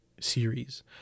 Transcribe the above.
series